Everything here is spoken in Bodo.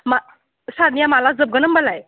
मा सारनिया माब्ला जोबगोन होम्बालाय